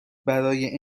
برای